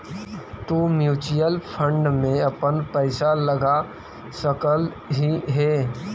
तु mutual fund में अपन पईसा लगा सकलहीं हे